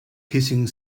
hissing